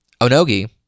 Onogi